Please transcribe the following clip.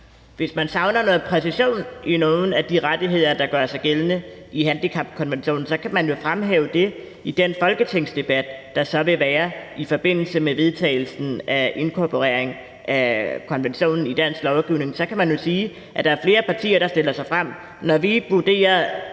Hvis man savner noget præcision i nogle af de rettigheder, der gør sig gældende i handicapkonventionen, kan man jo fremhæve det i den folketingsdebat, der så vil være i forbindelse med vedtagelsen af inkorporering af konventionen i dansk lovgivning. Så kan man jo sige, at der er flere partier, der stiller sig frem og siger: Når vi vurderer